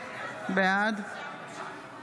בעד